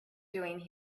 doing